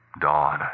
Dawn